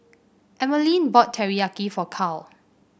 Emeline bought Teriyaki for Carl